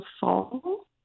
fall